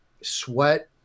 Sweat